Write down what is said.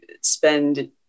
spend